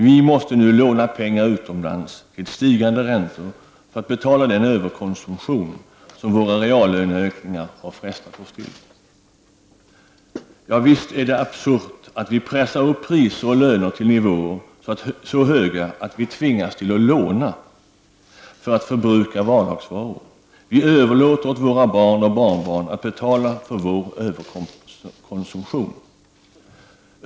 Vi måste nu låna pengar utomlands till stigande räntor för att betala den överkonsumtion som våra reallöneökningar har frestat oss till. Visst är det absurt att vi pressar upp priser och löner till nivåer så höga, att vi tvingas låna för att förbruka vardagsvaror! Vi överlåter åt våra barn och barnbarn att betala för vår överkonsumtion.